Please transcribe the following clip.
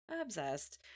Obsessed